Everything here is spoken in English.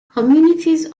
communities